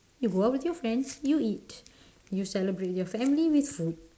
if work with your friends you eat you celebrate with your family with food